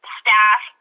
staff